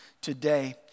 today